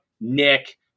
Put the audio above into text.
Nick